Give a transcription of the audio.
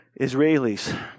Israelis